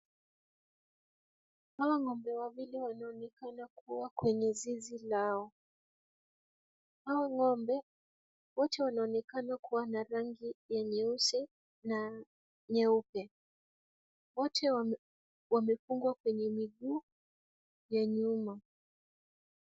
Hawa ng'ombe wawili wanaonekana kuwa kwenye zizi lao. Hawa ng'ombe, wote wanaonekana kuwa na rangi ya nyeusi na nyeupe. Wote wamefungwa kwenye miguu ya nyuma.